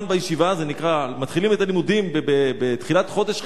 מתחילים את הלימודים בתחילת חודש חשוון,